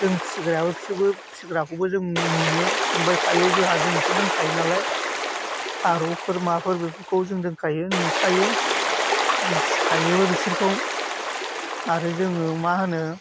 जों फिग्राखौबो जों नुयो नुबायथायो जों जोंहा जों बेखौ दोनखायोनालाय फारौफोर माफोर बेफोरखौ जों दोनखायो नुखायो जों फिखायोबो बिसोरखौ आरो जोङो मा होनो